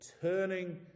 turning